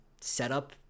setup